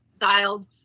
dialed